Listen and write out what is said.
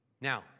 Now